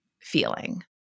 Feeling